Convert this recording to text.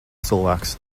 cilvēks